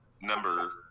number